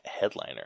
headliner